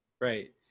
Right